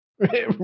Right